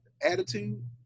attitude